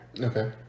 Okay